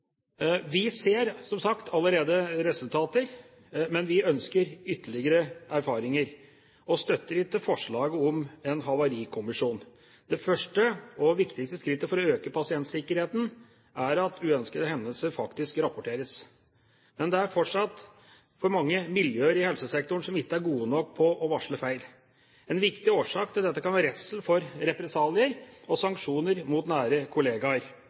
Vi ser, som sagt, allerede resultater, men vi ønsker ytterligere erfaringer og støtter ikke forslaget om en havarikommisjon. Det første og viktigste skrittet for å øke pasientsikkerheten er at uønskede hendelser faktisk rapporteres. Det er fortsatt for mange miljøer i helsesektoren som ikke er gode nok til å varsle om feil. En viktig årsak til dette kan være redsel for represalier og sanksjoner mot nære kollegaer.